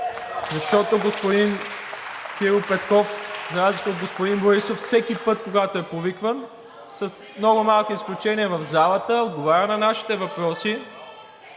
Защото господин Кирил Петков, за разлика от господин Борисов всеки път, когато е повикван, с много малки изключения е в залата, отговаря на нашите въпроси.